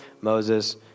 Moses